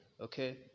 Okay